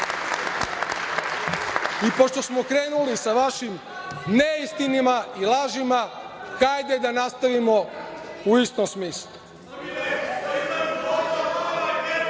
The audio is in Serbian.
smo krenuli sa vašim neistinama i lažima, hajde da nastavimo u istom smislu. Evo